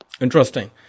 Interesting